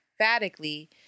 emphatically